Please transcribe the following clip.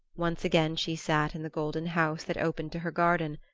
once again she sat in the golden house that opened to her garden,